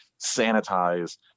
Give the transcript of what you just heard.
sanitize